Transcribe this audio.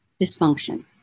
dysfunction